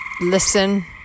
listen